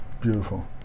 Beautiful